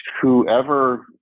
whoever